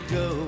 go